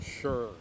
sure